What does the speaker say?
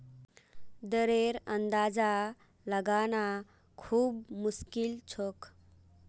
दरेर अंदाजा लगाना खूब मुश्किल छोक